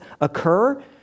occur